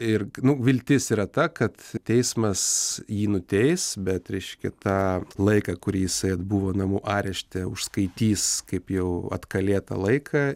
ir nu viltis yra ta kad teismas jį nuteis bet reiškia tą laiką kurį jisai atbuvo namų arešte užskaitys kaip jau atkalėtą laiką